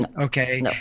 Okay